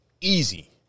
Easy